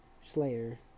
Slayer